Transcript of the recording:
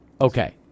Okay